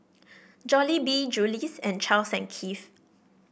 Jollibee Julie's and Charles and Keith